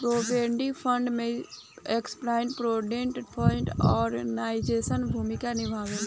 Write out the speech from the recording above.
provident fund में employees provident fund organisation के भूमिका निभावेला